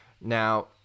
Now